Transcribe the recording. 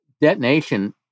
detonation